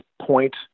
Point